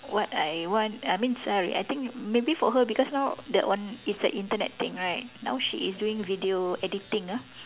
what I want I mean sorry I think maybe for her because now that one is the Internet thing right now she is doing video editing ah